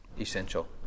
Essential